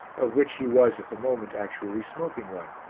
of which he was at the moment actually smoking one.